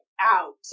out